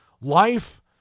life